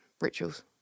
Rituals